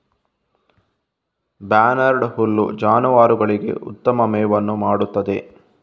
barnyard ಹುಲ್ಲು ಜಾನುವಾರುಗಳಿಗೆ ಉತ್ತಮ ಮೇವನ್ನು ಮಾಡುತ್ತದೆ